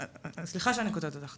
סליחה שאני קוטעת אותך.